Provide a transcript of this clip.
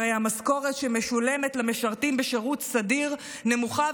הרי המשכורת שמשולמת למשרתים בשירות סדיר נמוכה,